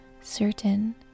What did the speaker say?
certain